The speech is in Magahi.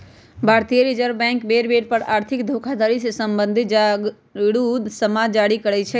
भारतीय रिजर्व बैंक बेर बेर पर आर्थिक धोखाधड़ी से सम्बंधित जागरू समाद जारी करइ छै